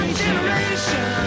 generation